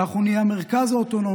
אם אנחנו נהיה המרכז האוטונומי